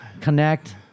Connect